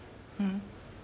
mm